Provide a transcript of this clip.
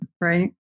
Right